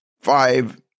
five